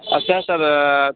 اچھا سر